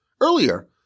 earlier